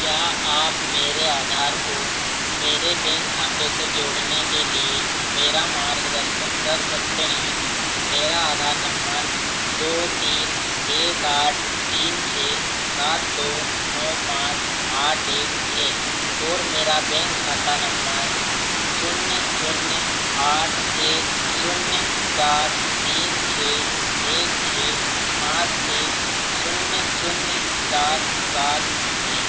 क्या आप मेरे आधार को मेरे बेंक खाते से जोड़ने के लिए मेरा मार्गदर्शन कर सकते हैं मेरा आधार नंमर दो तीन एक आठ तीन छः सात दो नो पाँच आठ एक है और मेरा बेंक खाता नंमर शून्य शून्य आठ एक शून्य चार तीन छः एक छः पाँच तीन शून्य शून्य चार सात है